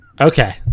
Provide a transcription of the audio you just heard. Okay